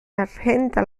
argenta